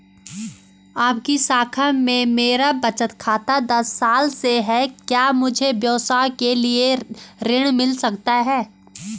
आपकी शाखा में मेरा बचत खाता दस साल से है क्या मुझे व्यवसाय के लिए ऋण मिल सकता है?